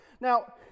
Now